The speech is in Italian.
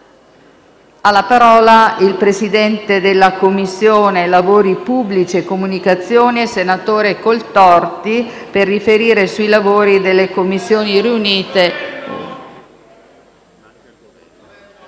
la parola il presidente della Commissione lavori pubblici e comunicazioni, senatore Coltorti, per riferire sui lavori delle Commissioni riunite